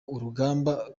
urugamba